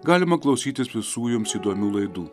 galima klausytis visų jums įdomių laidų